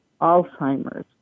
Alzheimer's